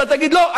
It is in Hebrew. ואתה תגיד: לא,